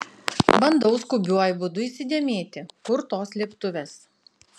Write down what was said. bandau skubiuoju būdu įsidėmėti kur tos slėptuvės